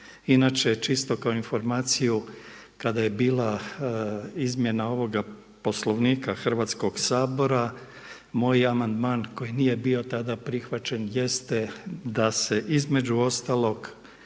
Inače čisto kao informaciju kada je bila izmjena ovoga Poslovnika Hrvatskog sabora moj amandman koji nije bio tada prihvaćen jeste da se između ostalog